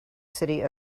city